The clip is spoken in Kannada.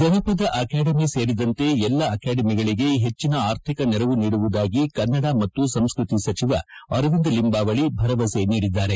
ಜನಪದ ಅಕಾಡೆಮಿ ಸೇರಿದಂತೆ ಎಲ್ಲಾ ಅಕಾಡೆಮಿಗಳಿಗೆ ಹೆಚ್ಚಿನ ಆರ್ಥಿಕ ನೆರವು ನೀಡುವುದಾಗಿ ಕನ್ನಡ ಮತ್ತು ಸಂಸ್ಕತಿ ಸಚಿವ ಅರವಿಂದ ಲಿಂಬಾವಳಿ ಭರವಸೆ ನೀಡಿದ್ದಾರೆ